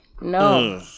no